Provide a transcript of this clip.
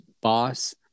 boss